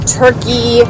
turkey